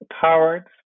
powered